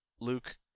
Luke